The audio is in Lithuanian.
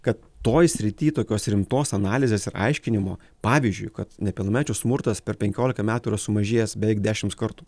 kad toj srity tokios rimtos analizės ir aiškinimo pavyzdžiui kad nepilnamečių smurtas per penkiolika metų yra sumažėjęs beveik dešims kartų